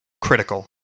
critical